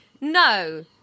no